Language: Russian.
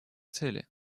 цели